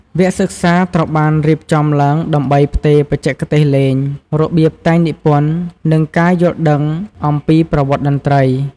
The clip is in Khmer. វគ្គសិក្សាត្រូវបានរៀបចំឡើងដើម្បីផ្ទេរបច្ចេកទេសលេង របៀបតែងនិពន្ធ និងការយល់ដឹងអំពីប្រវត្តិតន្ត្រី។